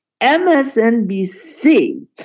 MSNBC